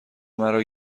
مرا